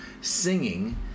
singing